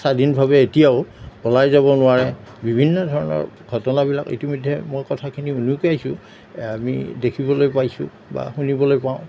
স্বাধীনভাৱে এতিয়াও ওলাই যাব নোৱাৰে বিভিন্ন ধৰণৰ ঘটনাবিলাক ইতিমধ্যে মই কথাখিনি উনুকিয়াইছোঁ আমি দেখিবলৈ পাইছোঁ বা শুনিবলৈ পাওঁ